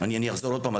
אני אחזור עוד פעם,